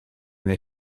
that